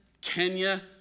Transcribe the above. Kenya